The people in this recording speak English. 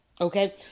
Okay